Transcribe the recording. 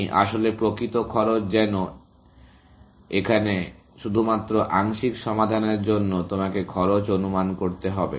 তুমি আসলে প্রকৃত খরচ যেন যেখানে শুধুমাত্র আংশিক সমাধানের জন্য তোমাকে খরচ অনুমান করতে হবে